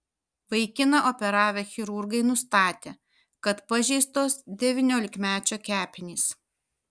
vaikiną operavę chirurgai nustatė kad pažeistos devyniolikmečio kepenys